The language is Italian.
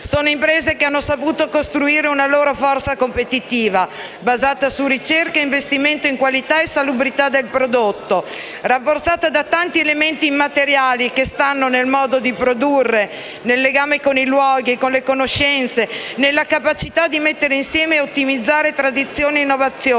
Sono imprese che hanno saputo costruire una loro forza competitiva, basata su ricerca e investimento in qualità e salubrità del prodotto, rafforzata da tanti elementi immateriali (il modo di produrre, il legame con i luoghi, le conoscenze, la capacità di mettere insieme e ottimizzare tradizione e innovazione),